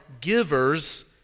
givers